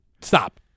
Stop